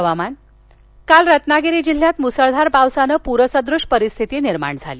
हवामान् काल रत्नागिरी जिल्ह्यात मुसळधार पावसानं पूरसदृश परिस्थिती निर्माण झाली